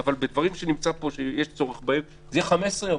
אבל בדברים שנמצא צורך זה יהיה אולי 15 יום,